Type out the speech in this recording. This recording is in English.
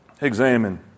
Examine